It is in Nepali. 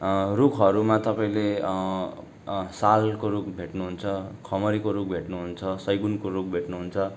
रुखहरूमा तपाईँले सालको रुख भेट्नुहुन्छ खमारीको रुख भेट्नुहुन्छ सैगुनको रुख भेट्नुहुन्छ